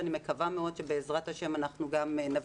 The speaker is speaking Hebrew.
ואני מאוד מקווה שבעזרת השם אנחנו גם נביא